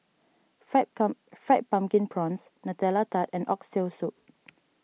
Fried Come Fried Pumpkin Prawns Nutella Tart and Oxtail Soup